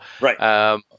Right